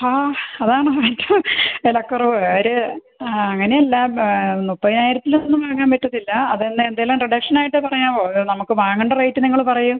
ആ അതാണ് ഏറ്റവും വിലക്കുറവ് ഒരു ആ അങ്ങനെ അല്ല മുപ്പതിനായിരത്തിലൊന്നും വാങ്ങാൻ പറ്റത്തില്ല അതുതന്നെ എന്തെങ്കിലും റിഡക്ഷൻ ആയിട്ട് പറയാമോ നമുക്ക് വാങ്ങേണ്ട റേറ്റ് നിങ്ങൾ പറയ്